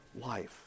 life